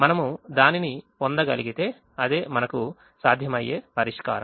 మనము దానిని పొందగలిగితే అదే మనకు సాధ్యమయ్యే పరిష్కారం